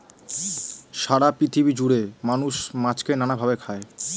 সারা পৃথিবী জুড়ে মানুষ মাছকে নানা ভাবে খায়